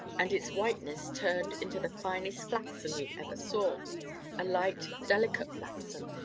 and its whiteness turned into the finest flaxen you ever saw a light delicate flaxen,